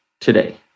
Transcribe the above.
today